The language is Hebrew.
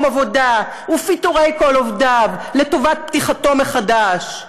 עבודה ופיטורי כל עובדיו לטובת פתיחתו מחדש.